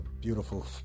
beautiful